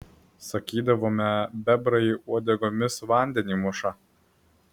sakydavome bebrai uodegomis vandenį muša